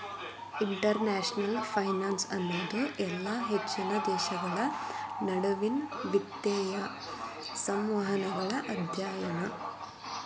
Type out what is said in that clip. international finance ಅನ್ನೋದು ಇಲ್ಲಾ ಹೆಚ್ಚಿನ ದೇಶಗಳ ನಡುವಿನ್ ವಿತ್ತೇಯ ಸಂವಹನಗಳ ಅಧ್ಯಯನ